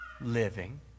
living